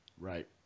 right